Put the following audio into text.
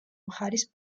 მხარის